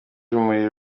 urumuri